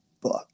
book